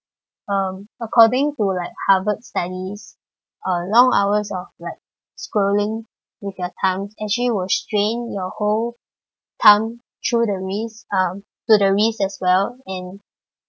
um according to like Harvard studies uh long hours of like scrolling with your thumb actually will strain your whole thumb through the wrist um to the wrist as well and